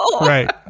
right